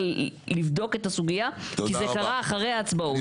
לבדוק את הסוגיה כי זה קרה אחרי ההצבעות.